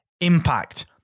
impact